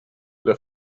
the